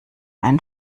ein